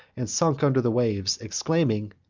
and sunk under the waves exclaiming,